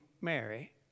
Mary